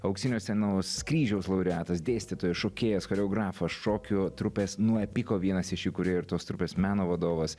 auksinio scenos kryžiaus laureatas dėstytojas šokėjas choreografas šokio trupės nuepiko vienas iš įkūrėjų ir tos trupės meno vadovas